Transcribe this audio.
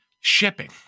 shipping